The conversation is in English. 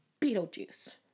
Beetlejuice